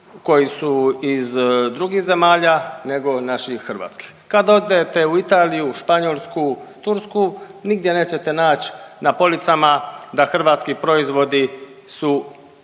koji su iz drugih zemalja nego naših Hrvatskih. Kad odete u Italiju, Španjolsku, Tursku nigdje nećete nać na policama da hrvatski proizvodi su